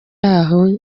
aho